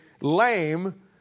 lame